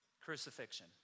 Crucifixion